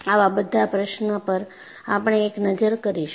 આવા બધા પ્રશ્ન પર આપણે એક નજર કરીશું